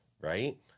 Right